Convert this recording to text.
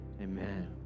amen